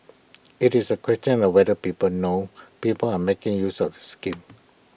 IT is A question of whether people know people are making use of schemes